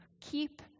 keep